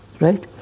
Right